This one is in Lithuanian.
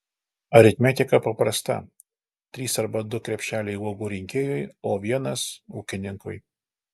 aritmetika paprasta trys arba du krepšeliai uogų rinkėjui o vienas ūkininkui